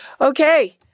Okay